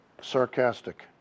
sarcastic